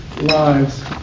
Lives